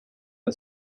der